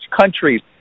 countries